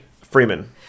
Freeman